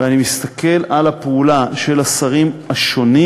ואני מסתכל על הפעולה של השרים השונים,